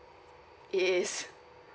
it is